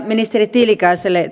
ministeri tiilikaiselle